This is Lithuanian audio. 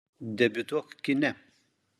debiutuok kine